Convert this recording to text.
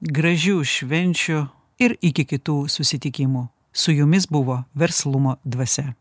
gražių švenčių ir iki kitų susitikimų su jumis buvo verslumo dvasia